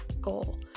goal